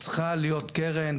צריכה להיות קרן,